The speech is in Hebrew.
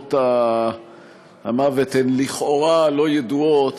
נסיבות המוות הן לכאורה לא ידועות,